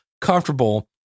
comfortable